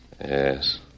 Yes